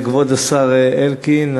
כבוד השר אלקין,